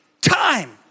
time